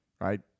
right